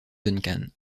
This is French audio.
duncan